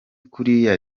kuriya